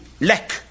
lack